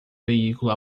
veículo